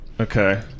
okay